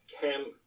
camp